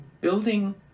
building